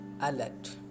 alert